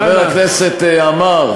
חבר הכנסת עמאר,